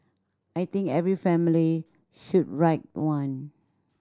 I think every family should write one